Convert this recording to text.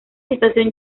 situación